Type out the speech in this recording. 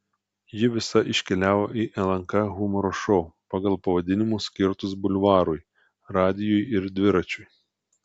ji visa iškeliavo į lnk humoro šou pagal pavadinimus skirtus bulvarui radijui ir dviračiui